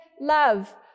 love